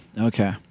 Okay